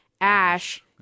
Ash